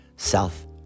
South